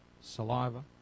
saliva